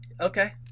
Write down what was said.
Okay